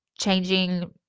changing